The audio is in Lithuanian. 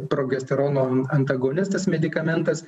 progesterono antagonistas medikamentas